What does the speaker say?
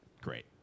great